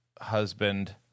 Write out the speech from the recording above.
husband